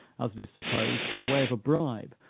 as it is supposed, by way of a bribe,